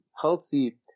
healthy